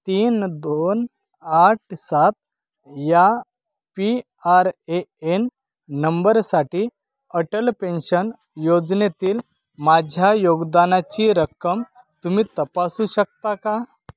तीन दोन आठ सात या पी आर ए एन नंबरसाठी अटल पेन्शन योजनेतील माझ्या योगदानाची रक्कम तुम्ही तपासू शकता का